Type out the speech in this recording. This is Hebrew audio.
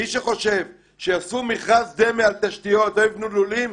מי שחושב שיעשו מכרז דמה על תשתיות ולא יבנו לולים,